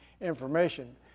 information